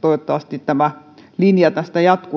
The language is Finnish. toivottavasti tämä linja tästä jatkuu